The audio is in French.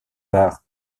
par